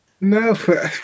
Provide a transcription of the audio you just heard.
No